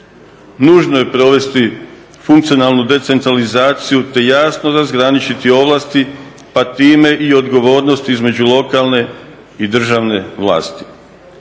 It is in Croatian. Nužno je provesti funkcionalnu decentralizaciju te jasno razgraničiti ovlasti pa time i odgovornost između lokalne i državne vlasti.